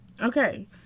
Okay